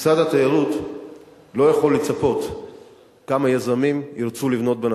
משרד התיירות לא יכול לצפות כמה יזמים ירצו לבנות בנצרת.